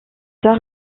tard